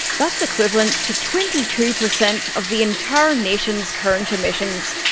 that's equivalent to twenty two per cent of the entire nation's current emissions.